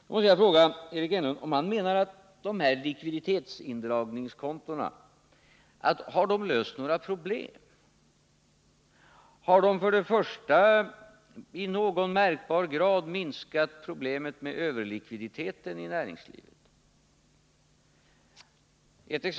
Då måste jag fråga Eric Enlund om han menar att dessa likviditetsutjämningskonton löst några problem. Har de för det första i någon märkbar grad minskat problemen med överlikviditeten i näringslivet?